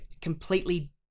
completely